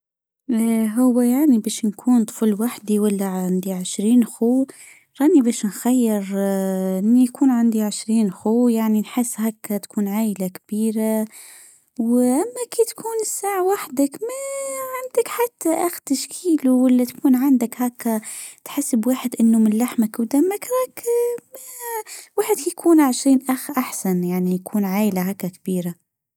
هو يعني باش نكون وحدي ولا عندي عشرين راني باش نخير يكون عندي عشرين خو يعني نحس هاكا تكون عايلة كبيرة واما كي تكون الساعة وحدة تحب واحد ان من لحمك ودمك عكونا عشان يكون عيلة هكة كبيرة